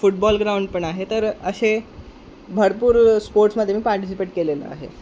football ground पण आहे तर असे भरपूर स्पोर्ट्समध्ये मी पार्टिसिपेट केलेलं आहे